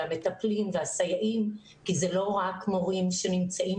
המטפלים והסייעים כי אלה לא רק מורים שנמצאים